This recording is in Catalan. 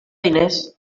diners